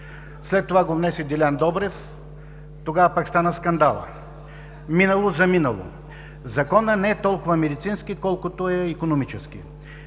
След това го внесе Делян Добрев, тогава пък стана скандалът. Минало-заминало. Законът не е толкова медицински, колкото е икономически.